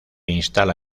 instala